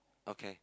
okay